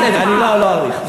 בסדר, אני לא אאריך.